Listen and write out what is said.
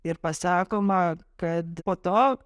ir pasakoma kad po to